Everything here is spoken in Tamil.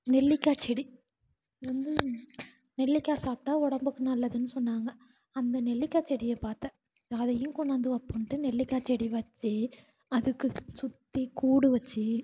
நெல்லிக்காய் செடி வந்து நெல்லிக்காய் சாப்பிட்டா உடம்புக்கு நல்லதுன்னு சொன்னாங்க அந்த நெல்லிக்காய் செடியை பார்த்தேன் அதையும் கொண்டாந்து வைப்போன்ட்டு நெல்லிக்காய் செடி வச்சு அதுக்கு சுற்றி கூடு வச்சு